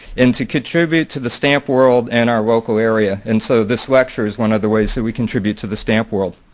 and to contribute to the stamp world and our local area. and so this lecture is one of the ways that we contribute to the stamp world.